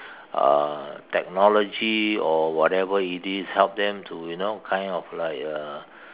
uh technology or whatever it is help them to you know kind of like uh